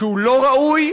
שהוא לא ראוי,